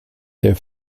der